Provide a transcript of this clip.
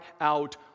out